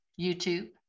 YouTube